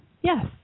Yes